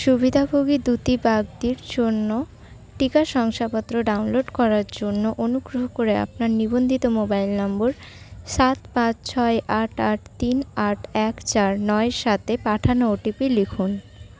সুবিধাভোগী দ্যুতি বাগদির জন্য টিকা শংসাপত্র ডাউনলোড করার জন্য অনুগ্রহ করে আপনার নিবন্ধিত মোবাইল নম্বর সাত পাঁচ ছয় আট আট তিন আট এক চার নয় সাত এ পাঠানো ও টি পি লিখুন